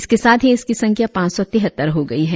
इसके साथ ही इनकी संख्या पांच सौ तिहत्तर हो गई है